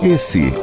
Esse